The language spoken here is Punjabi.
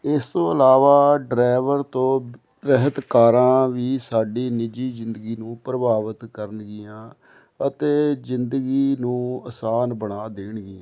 ਇਸ ਤੋਂ ਇਲਾਵਾ ਡਰਾਈਵਰ ਤੋਂ ਰਹਿਤ ਕਾਰਾਂ ਵੀ ਸਾਡੀ ਨਿੱਜੀ ਜ਼ਿੰਦਗੀ ਨੂੰ ਪ੍ਰਭਾਵਿਤ ਕਰਨਗੀਆਂ ਅਤੇ ਜ਼ਿੰਦਗੀ ਨੂੰ ਆਸਾਨ ਬਣਾ ਦੇਣਗੀਆਂ